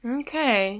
okay